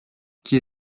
qui